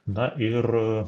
na ir